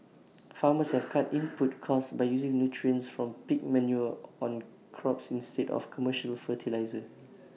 farmers have cut input costs by using nutrients from pig manure on crops instead of commercial fertiliser